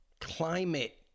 Climate